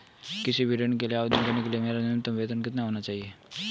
किसी भी ऋण के आवेदन करने के लिए मेरा न्यूनतम वेतन कितना होना चाहिए?